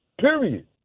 Period